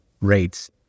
rates